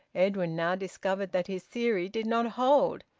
edwin now discovered that his theory did not hold.